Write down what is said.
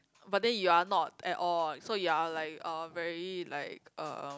but then you are not at all so you are like uh very like um